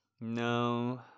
No